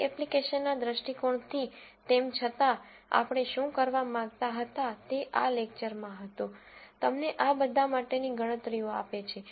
તમારી એપ્લિકેશનના દૃષ્ટિકોણથી તેમ છતાં આપણે શું કરવા માંગતા હતા તે આ એક લેકચરમાં હતું તમને આ બધા માટેની ગણતરીઓ આપે છે